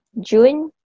June